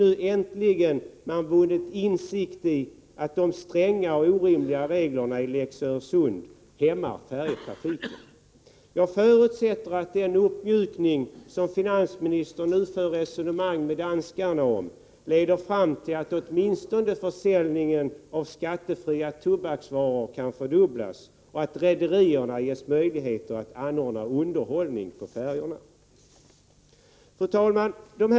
Och äntligen tycks man ha kommit till insikt om att de stränga och orimliga reglerna i Lex Öresund inverkar hämmande på färjetrafiken. Jag förutsätter att den uppmjukning som finansministern f.n. diskuterar med danskarna åtminstone leder till att försäljningen av skattefria tobaksvaror kan fördubblas och att rederierna får möjlighet att anordna underhållning på färjorna. Fru talman!